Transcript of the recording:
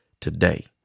today